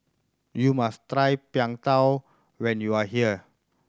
you must try Png Tao when you are here